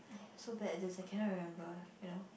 so bad at this I cannot remember you know